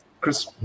Chris